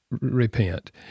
repent